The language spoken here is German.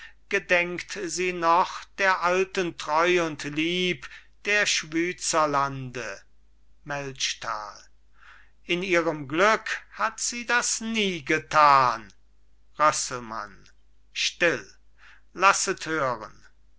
gedenkt sie noch der alten treu und lieb der schwytzerlande melchtal in ihrem glück hat sie das nie getan rösselmann still lasset hören